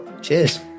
Cheers